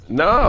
no